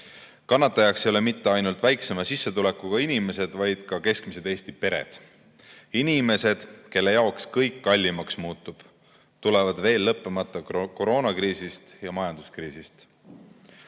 Kannatajaks ei ole mitte ainult väiksema sissetulekuga inimesed, vaid ka keskmised Eesti pered. Inimesed, kelle jaoks kõik kallimaks muutub, tulevad veel lõppemata koroonakriisist ja majanduskriisist. Järgmise